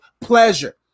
pleasure